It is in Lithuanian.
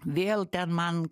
vėl ten man